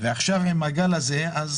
ועכשיו עם הגל הזה אז